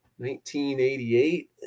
1988